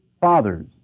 Fathers